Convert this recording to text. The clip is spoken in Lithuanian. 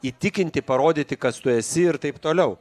įtikinti parodyti kas tu esi ir taip toliau